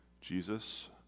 Jesus